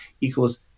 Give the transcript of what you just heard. equals